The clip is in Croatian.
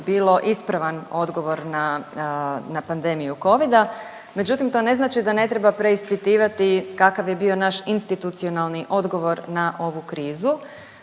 bilo ispravan odgovor na, na pandemiju covida, međutim to ne znači da ne treba preispitivati kakav je bio naš institucionalni odgovor na ovu krizu,